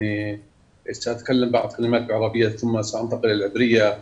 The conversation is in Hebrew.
אני אדבר כמה מילים בערבית ולאחר מכן אעבור לעברית.